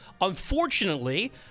unfortunately